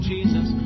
Jesus